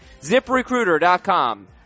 Ziprecruiter.com